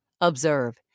Observe